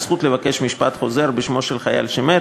הזכות לבקש משפט חוזר בשמו של חייל שמת,